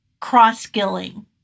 cross-skilling